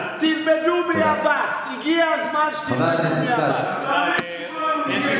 ידרסו אתכם עוד יותר.